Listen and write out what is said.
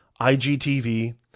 IGTV